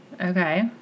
Okay